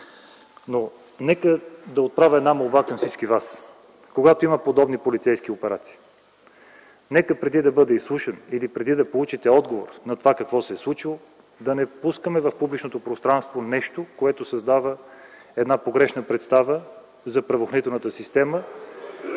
Нека да отправя една молба към всички вас! Когато има подобни полицейски операции, нека преди да бъда изслушан или преди да получите отговор на това какво се е случило, да не пускаме в публичното пространство нещо, което създава погрешна представа за правоохранителната система.